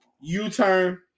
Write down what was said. U-turn